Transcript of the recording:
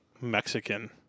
Mexican